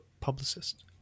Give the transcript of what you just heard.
publicist